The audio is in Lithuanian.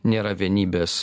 nėra vienybės